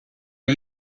are